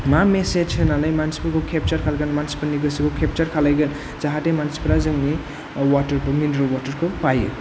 मा मेसेज होनानै मानसिफोरखौ केप्चार खालायगोन मानसिफोरनि गोसोखौ केप्चार खालायगोन जाहाथे मानसिफोरा जोंनि वाटार खौ मिनरेल वाटार खौ बायो